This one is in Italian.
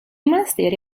monasteri